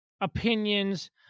opinions